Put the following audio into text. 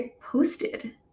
posted